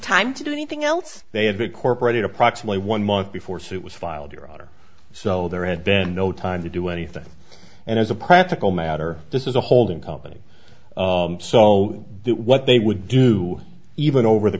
time to do anything else they had big corporate approximately one month before suit was filed your honor so there had been no time to do anything and as a practical matter this is a holding company so that what they would do even over the